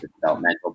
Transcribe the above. developmental